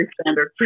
standard